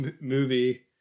movie